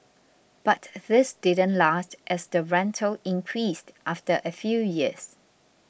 but this didn't last as the rental increased after a few years